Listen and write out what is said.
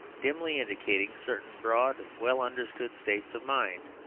dimly indicating certain broad, well-understood states of mind.